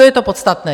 To je to podstatné.